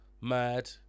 mad